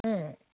उम